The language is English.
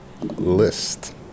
list